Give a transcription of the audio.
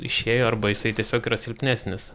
išėjo arba jisai tiesiog yra silpnesnis